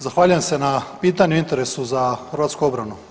Zahvaljujem se na pitanju i interesu za hrvatsku obranu.